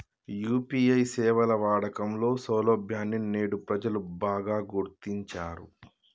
UPI సేవల వాడకంలో సౌలభ్యాన్ని నేడు ప్రజలు బాగా గుర్తించారు